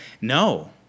No